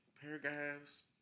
paragraphs